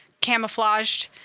camouflaged